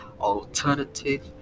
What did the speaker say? alternative